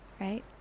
Right